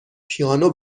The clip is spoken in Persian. پیانو